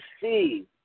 see